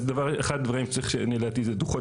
אחד הדברים שצריך לדעתי זה דו"חות